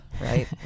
right